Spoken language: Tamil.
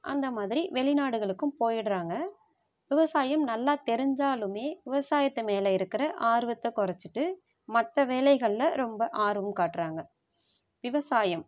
அந்த மாதிரி வெளிநாடுகளுக்கும் போயிடறாங்க விவசாயம் நல்லா தெரிஞ்சாலுமே விவசாயத்து மேலே இருக்கிற ஆர்வத்தை குறச்சிட்டு மற்ற வேலைகளில் ரொம்ப ஆர்வம் காட்டுறாங்க விவசாயம்